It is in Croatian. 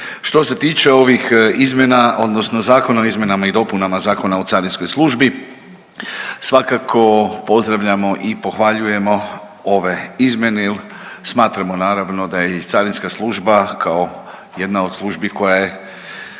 Što se tiče ovih izmjena odnosno Zakona o Izmjenama i dopunama Zakona o carinskoj službi, svakako pozdravljamo i pohvaljujemo ove izmjene jer smatramo naravno da je i carinska služba kao jedna od službi koja je